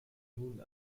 nun